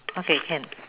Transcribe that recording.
okay can